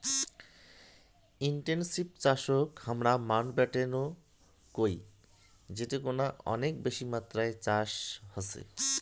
intensive চাষকে মোরা Mountbatten ও বলি যেখানকারে অনেক বেশি মাত্রায় চাষ হসে